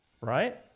right